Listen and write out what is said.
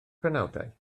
penawdau